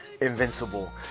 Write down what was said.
Invincible